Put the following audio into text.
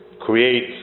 create